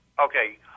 Okay